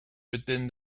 within